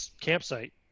campsite